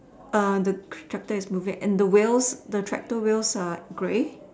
the tractor is moving and the wheels the tractor wheels grey